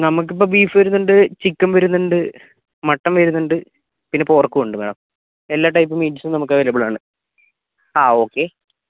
നമുക്ക് ഇപ്പോൾ ബീഫ് വരുന്നുണ്ട് ചിക്കൻ വരുന്നുണ്ട് മട്ടൻ വരുന്നുണ്ട് പിന്നെ പോർക്കും ഉണ്ട് മാഡം എല്ലാ ടൈപ്പ് മീറ്റ്സും നമുക്ക് അവൈലബിൾ ആണ് ആ ഓക്കേ